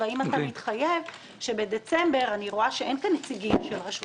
והאם אתה מתחייב שבדצמבר אני רואה שאין כאן נציגים של רשות